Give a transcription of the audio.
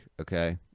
Okay